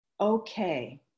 okay